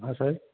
ہاں سر